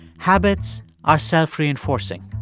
habits are self-reinforcing.